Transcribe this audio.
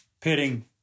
pitting